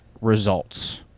results